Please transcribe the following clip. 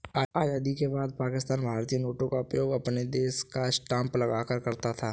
आजादी के बाद पाकिस्तान भारतीय नोट का उपयोग अपने देश का स्टांप लगाकर करता था